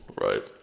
right